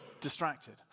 distracted